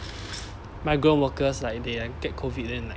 migrant workers like they like get COVID then like